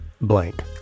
blank